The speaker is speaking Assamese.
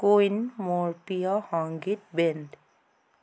কুইন মোৰ প্ৰিয় সংগীত বেণ্ড